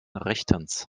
rechtens